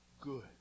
good